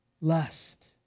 lust